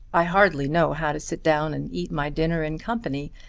i hardly know how to sit down and eat my dinner in company,